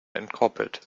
entkoppelt